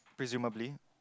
presumably